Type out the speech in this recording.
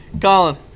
Colin